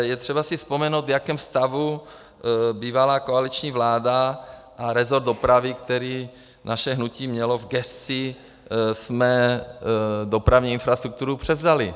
Je třeba si vzpomenout, v jakém stavu bývalá koaliční vláda a resort dopravy, který naše hnutí mělo v gesci jsme dopravní infrastrukturu převzali.